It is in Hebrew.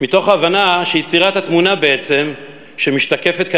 מתוך הבנה שיצירת התמונה שמשתקפת בעצם